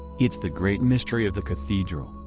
it's the great mystery of the cathedral,